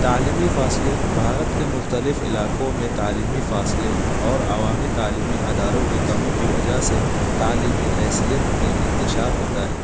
تعلیمی فاصلے بھارت کے مختلف علاقوں میں تعلیمی فاصلے اور عوامی تعلیمی اداروں کی کمی کی وجہ سے تعلیمی حیثیت میں انتشار ہوتا ہے